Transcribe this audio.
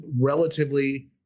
relatively